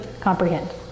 comprehend